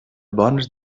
bones